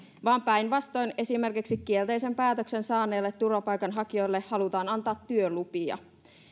vaan päinvastoin esimerkiksi kielteisen päätöksen saaneille turvapaikanhakijoille halutaan antaa työlupia